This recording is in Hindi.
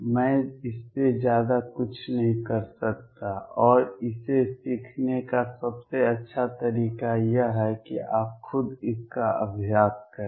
मैं इससे ज्यादा कुछ नहीं कर सकता और इसे सीखने का सबसे अच्छा तरीका यह है कि आप खुद इसका अभ्यास करें